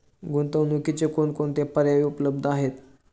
गुंतवणुकीचे कोणकोणते पर्याय उपलब्ध आहेत?